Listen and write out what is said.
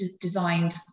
designed